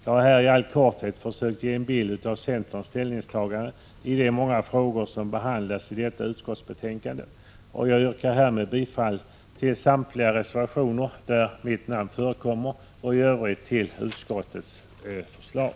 Jag har i all korthet försökt ge en bild av centerns ställningstagande i de många frågor som behandlas i detta utskottsbetänkande, och jag yrkar härmed bifall till samtliga reservationer där mitt namn förekommer och i övrigt till utskottets förslag.